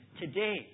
today